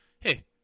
hey